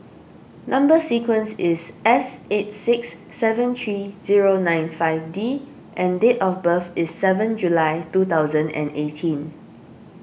Number Sequence is S eight six seven three zero nine five D and date of birth is seven July two thousand and eighteen